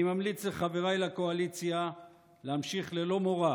אני ממליץ לחבריי לקואליציה להמשיך ללא מורא